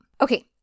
Okay